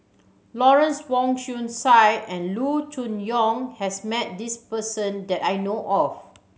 Lawrence Wong Shyun Tsai and Loo Choon Yong has met this person that I know of